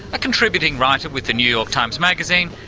a contributing writer with the new york times magazine,